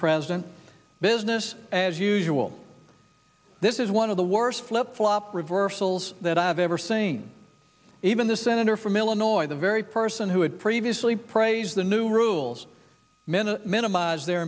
president business as usual this is one of the worst flip flop reversals that i have ever seen even the senator from illinois the very person who had previously praised the new rules minute minimize their